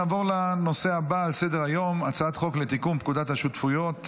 נעבור לנושא הבא על סדר היום: הצעת חוק לתיקון פקודת השותפויות (מס'